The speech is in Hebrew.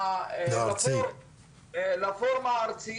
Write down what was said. לפי מה שהבנתי,